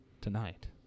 tonight